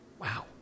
Wow